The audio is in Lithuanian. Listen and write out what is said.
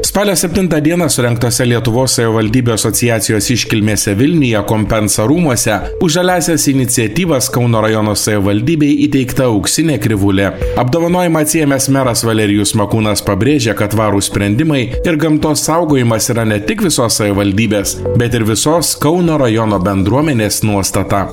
spalio septintą dieną surengtose lietuvos savivaldybių asociacijos iškilmėse vilniuje kompensa rūmuose už žaliąsias iniciatyvas kauno rajono savivaldybei įteikta auksinė krivūlė apdovanojimą atsiėmęs meras valerijus makūnas pabrėžė kad tvarūs sprendimai ir gamtos saugojimas yra ne tik visos savivaldybės bet ir visos kauno rajono bendruomenės nuostata